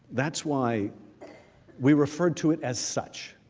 that's why we refer to it as such